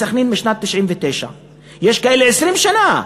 בסח'נין, בשנת 1999. יש כאלה 20 שנה.